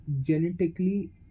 genetically